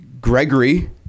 Gregory